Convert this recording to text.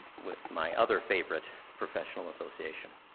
with my other favorite professional association.